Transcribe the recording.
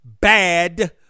bad